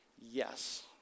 yes